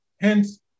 Hence